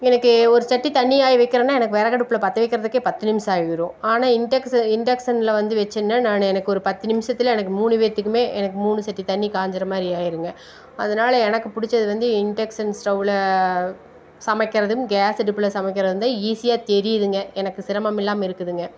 எனக்கு ஒரு சட்டி தண்ணி காய வைக்கறேன்னா எனக்கு விறகடுப்புல பத்தவைக்கிறதுக்கே பத்து நிமிஷம் ஆகிரும் ஆனால் இன்டெக்ஷ இன்டெக்ஷனில் வந்து வச்சேன்னா நானு எனக்கு ஒரு பத்து நிமிஷத்துல எனக்கு மூணு பேத்துக்குமே எனக்கு மூணு சட்டி தண்ணி காஞ்சிற மாதிரி ஆகிருங்க அதனால எனக்கு பிடிச்சது வந்து இன்டெக்ஷன் ஸ்டவ்வில் சமைக்கிறதும் கேஸ் அடுப்பில் சமைக்கிறதும் தான் ஈஸியா தெரியுதுங்க எனக்கு சிரமம் இல்லாமல் இருக்குதுங்க